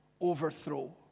overthrow